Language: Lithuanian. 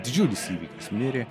didžiulis įvykis mirė